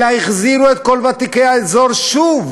אלא החזירו את כל ותיקי האזור שוב